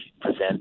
present